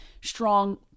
strong